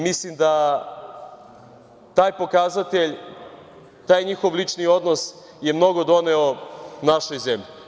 Mislim da taj pokazatelj, taj njihov lični odnos je mnogo doneo našoj zemlji.